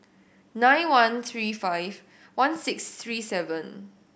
nine one three five one six three seven